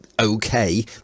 okay